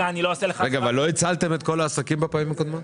לא הצלתם את כל העסקים בפעמים הקודמות?